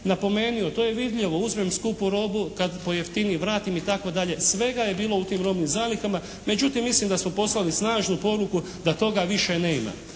napomenuo to je vidljivo. Uzmem skupu robu kad pojeftinim vrati itd. Svega je bilo u tim robnim zalihama. Međutim mislim da smo poslali snažnu poruku da toga više nema.